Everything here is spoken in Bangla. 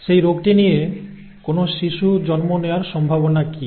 সেই রোগটি নিয়ে কোনও শিশু জন্ম নেওয়ার সম্ভাবনা কী